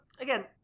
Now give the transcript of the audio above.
again